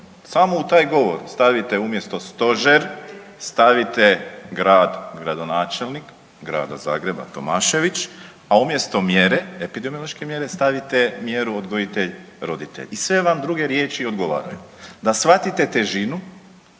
samo u taj govor stavite umjesto stožer, staviti grad, gradonačelnik grada Zagreba Tomašević, a umjesto mjere, epidemiološke mjere stavite mjeru odgojitelj-roditelj i sve vam druge riječi odgovaraju da shvatite težinu